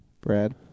brad